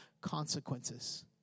consequences